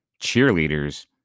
cheerleaders